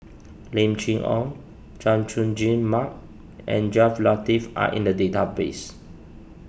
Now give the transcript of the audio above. Lim Chee Onn Chay Jung Jun Mark and Jaafar Latiff are in the database